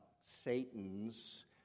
Satan's